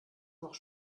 noch